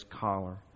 collar